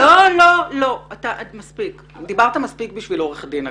לא, מספיק, דיברת מספיק בשביל עורך דין.